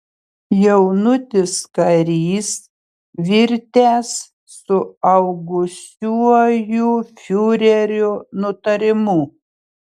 jaunutis karys virtęs suaugusiuoju fiurerio nutarimu